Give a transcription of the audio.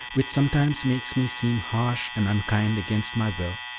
which sometimes makes me seem harsh and unkind against my will.